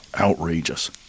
Outrageous